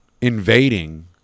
invading